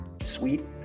sweet